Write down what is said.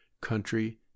country